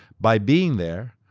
by being there,